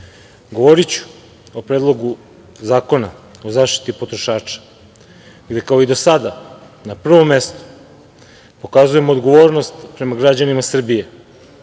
govoriću o Predlogu zakona o zaštiti potrošača, jer kao i do sada na prvom mestu pokazujemo odgovornost prema građanima Srbije,